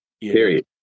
Period